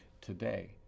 today